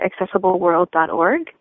AccessibleWorld.org